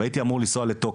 והייתי אמור לנסוע לטוקיו.